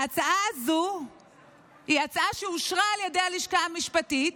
ההצעה הזו היא הצעה שאושרה על ידי הלשכה המשפטית.